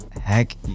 heck